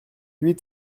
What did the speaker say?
huit